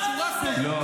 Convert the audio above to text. לא.